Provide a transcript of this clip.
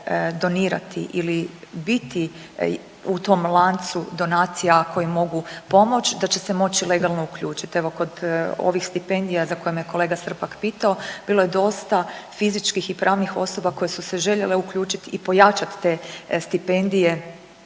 da će se moći legalno uključiti. Evo, kod ovih stipendija za koje me kolega Srpak pitao bilo je dosta fizičkih i pravnih osoba koje su se željele uključiti i pojačati te stipendije